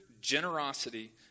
generosity